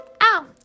Ow